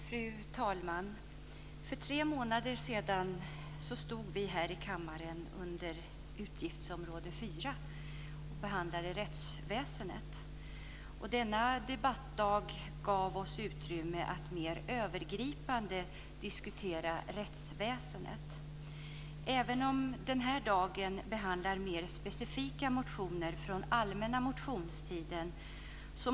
Fru talman! För tre månader sedan behandlade vi utgiftsområde 4, rättsväsendet. Det gav oss utrymme att mer övergripande diskutera rättsväsendet. I dag behandlar vi mer specifika motioner från den allmänna motionstiden.